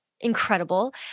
incredible